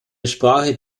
sprache